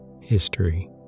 History